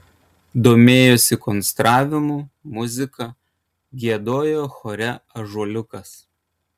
domėjosi konstravimu muzika giedojo chore ąžuoliukas